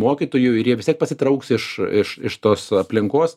mokytojų ir jie vis tiek pasitrauks iš iš iš tos aplinkos